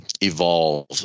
evolve